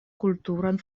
kulturan